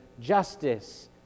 justice